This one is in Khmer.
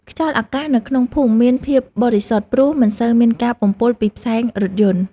ខ្យល់អាកាសនៅក្នុងភូមិមានភាពបរិសុទ្ធ ព្រោះមិនសូវមានការបំពុលពីផ្សែងរថយន្ដ។